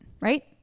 right